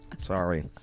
Sorry